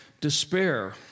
despair